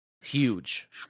huge